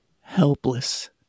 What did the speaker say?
helpless